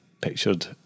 pictured